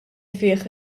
fih